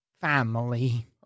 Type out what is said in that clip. Family